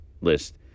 list